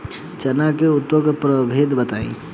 चना के उन्नत प्रभेद बताई?